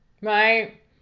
right